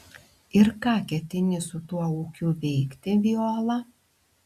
ir ką ketini su tuo ūkiu veikti viola